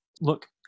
look